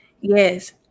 Yes